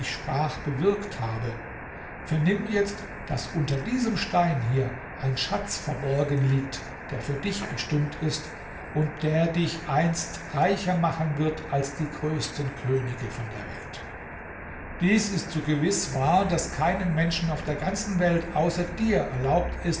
sprach bewirkt habe vernimm jetzt daß unter diesem stein hier ein schatz verborgen liegt der für dich bestimmt ist und dich dereinst reicher machen wird als die größten könige von der welt dies ist so gewiß wahr daß keinem menschen auf der ganzen welt außer dir erlaubt